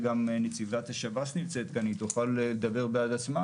נציבת השב"ס שנמצאת כאן היא תוכל לדבר בעד עצמה